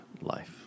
life